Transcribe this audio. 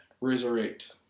Resurrect